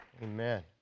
Amen